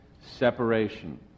separation